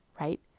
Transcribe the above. right